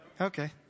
Okay